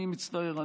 אני מצטער,